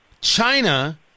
China